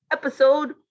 Episode